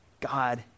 God